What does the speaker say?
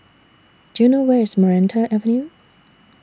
Do YOU know Where IS Maranta Avenue